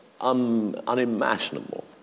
unimaginable